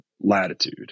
latitude